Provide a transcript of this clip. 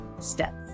Steps